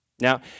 Now